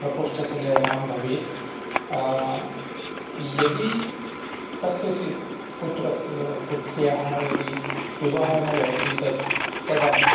प्रकोष्ठस्य निर्माणं भवेत् यदि कस्यचित् पुत्रस्य वा पुत्र्याः यदि विवाहः न भवति तत् तदा